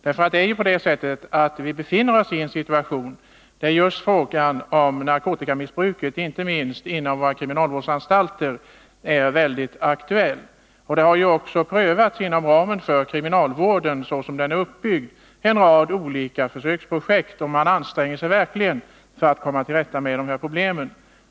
Vi befinner oss nämligen i en situation, där just frågan om narkotikamissbruket — och det gäller inte minst narkotikamissbruket inom våra kriminalvårdsanstalter — är väldigt aktuell. Inom ramen för kriminal vården såsom denna är uppbyggd har en rad försöksprojekt prövats. Man anstränger sig verkligen för att komma till rätta med problemen.